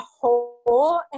whole